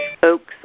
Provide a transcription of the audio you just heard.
folks